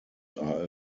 are